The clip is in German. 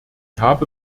habe